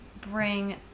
bring